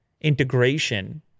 integration